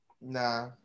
nah